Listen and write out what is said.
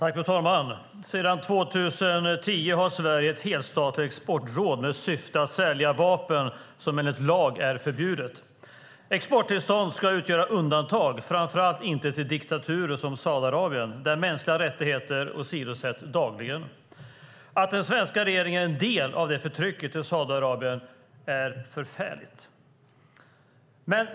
Fru talman! Sedan 2010 har Sverige ett helstatligt exportråd med syfte att sälja vapen, vilket är förbjudet enligt lag. Exporttillstånd ska utgöra undantag, och det ska framför allt inte ges för export till diktaturer som Saudiarabien där mänskliga rättigheter åsidosätts dagligen. Att den svenska regeringen är en del av förtrycket i Saudiarabien är förfärligt.